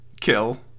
kill